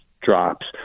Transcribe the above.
drops